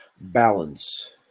Balance